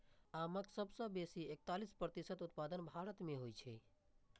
आमक सबसं बेसी एकतालीस प्रतिशत उत्पादन भारत मे होइ छै